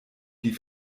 die